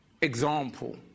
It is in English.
example